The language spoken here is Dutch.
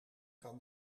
kan